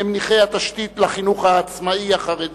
ממניחי התשתית לחינוך העצמאי החרדי,